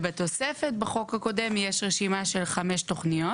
ובתוספת בחוק הקודם יש רשימה של חמש תוכניות